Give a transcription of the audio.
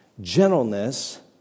gentleness